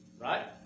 Right